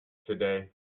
today